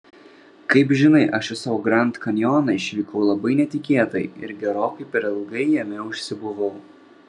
kaip žinai aš į savo grand kanjoną išvykau labai netikėtai ir gerokai per ilgai jame užsibuvau